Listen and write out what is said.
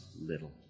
little